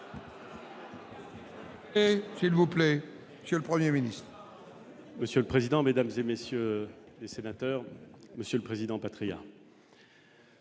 qu'il vous plaît, monsieur le 1er ministre. Monsieur le président, Mesdames et messieurs les sénateurs, Monsieur le Président, Patriat.